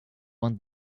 want